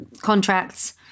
contracts